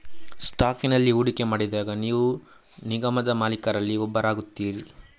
ಸ್ಟಾಕಿನಲ್ಲಿ ಹೂಡಿಕೆ ಮಾಡಿದಾಗ ನೀವು ನಿಗಮದ ಮಾಲೀಕರಲ್ಲಿ ಒಬ್ಬರಾಗುತ್ತೀರಿ